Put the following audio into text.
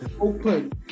open